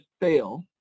fail